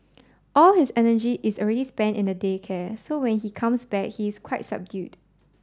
all his energy is already spent in the day care so when he comes back he is quite subdued